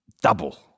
double